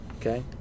okay